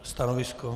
Stanovisko?